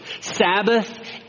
Sabbath